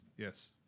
Yes